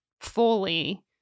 fully